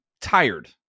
tired